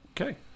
Okay